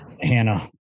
Hannah